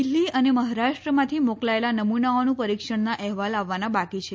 દિલ્હી અને મહારાષ્ટ્રમાંથી મોકલાયેલા નમુનાઓના પરીક્ષણના અહેવાલ આવવાના બાકી છે